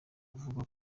avuga